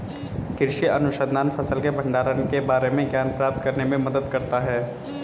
कृषि अनुसंधान फसल के भंडारण के बारे में ज्ञान प्राप्त करने में मदद करता है